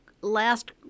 last